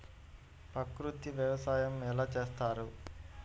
ప్రకృతి వ్యవసాయం ఎలా చేస్తారు?